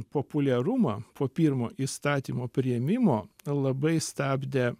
populiarumą po pirmo įstatymo priėmimo labai stabdė